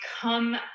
come